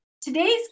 Today's